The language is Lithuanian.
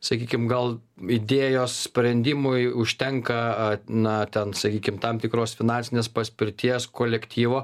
sakykim gal idėjos sprendimui užtenka a na ten sakykim tam tikros finansinės paspirties kolektyvo